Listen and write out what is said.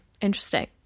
Interesting